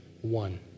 One